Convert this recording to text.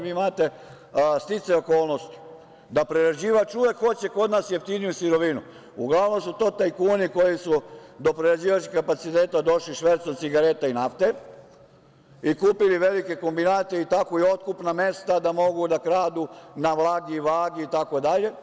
Vi imate sticaj okolnosti, da prerađivač uvek hoće kod nas jeftiniju sirovinu, a uglavnom su to tajkuni koji su do prerađivačkih kapaciteta došli švercom cigareta i nafte i kupili velike kombinate, tako i otkupna mesta da mogu da kradu na vlagi i vagi itd.